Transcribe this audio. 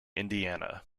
indiana